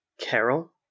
Carol